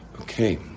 Okay